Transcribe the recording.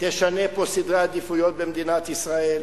תשנה פה סדרי עדיפויות במדינת ישראל,